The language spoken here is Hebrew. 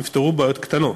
הם יפתרו בעיות קטנות.